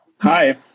Hi